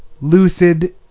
lucid